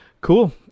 cool